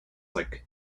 like